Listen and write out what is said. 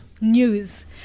News